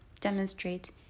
demonstrate